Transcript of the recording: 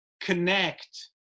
connect